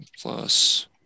plus